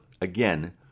again